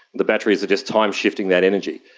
the batteries are just timeshifting that energy.